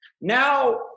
Now